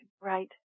Right